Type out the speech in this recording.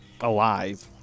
alive